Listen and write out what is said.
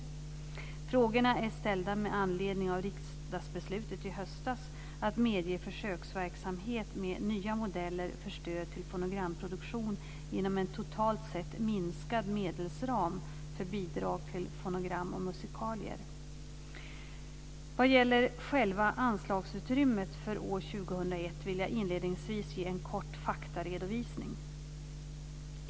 Frågorna är ställda med anledning av riksdagsbeslutet i höstas att medge försöksverksamhet med nya modeller för stöd till fonogramproduktion inom en totalt sett minskad medelsram för bidrag till fonogram och musikalier. Vad gäller själva anslagsutrymmet för år 2001 vill jag inledningsvis ge en kort faktaredovisning.